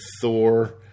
Thor